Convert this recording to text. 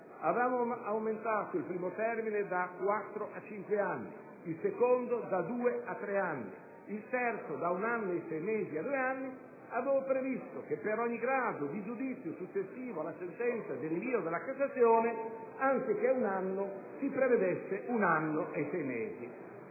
abbiamo aumentato il primo termine da quattro a cinque anni, il secondo da due a tre anni e il terzo da un anno e sei mesi a due anni, ho previsto che, per ogni grado di giudizio successivo alla sentenza di rinvio della Cassazione, anziché un anno si preveda un anno e sei mesi.